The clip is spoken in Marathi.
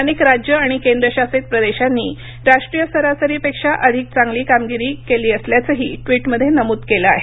अनेक राज्य आणि केंद्रशासित प्रदेशांनी राष्ट्रीय सरासरीपेक्षा अधिक चांगली कामगिरी असल्याचंही ट्विटमध्ये नमूद केलं आहे